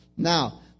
Now